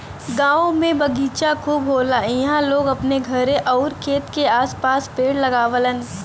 गांव में बगीचा खूब होला इहां लोग अपने घरे आउर खेत के आस पास पेड़ लगावलन